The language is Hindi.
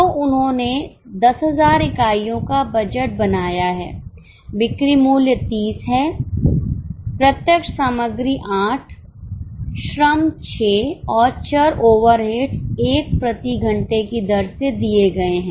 तो उन्होंने 10000 इकाइयों का बजट बनाया है बिक्री मूल्य 30 है प्रत्यक्ष सामग्री 8 श्रम 6 और चर ओवरहेड्स 1 प्रति घंटे की दर से दिए गए हैं